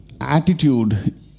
attitude